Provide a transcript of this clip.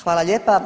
Hvala lijepa.